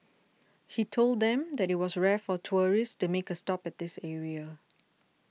he told them that it was rare for tourists to make a stop at this area